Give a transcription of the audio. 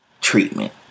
treatment